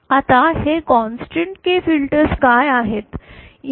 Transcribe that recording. आता हे constant K filters काय आहेत ते पाहू